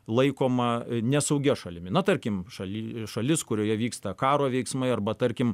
laikoma nesaugia šalimi na tarkim šali šalis kurioje vyksta karo veiksmai arba tarkim